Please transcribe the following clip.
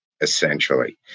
essentially